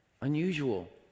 unusual